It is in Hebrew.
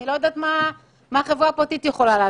כי אני לא יודעת מה חברה פרטית יכולה לעשות.